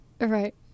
Right